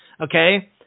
okay